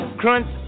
crunch